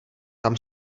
tam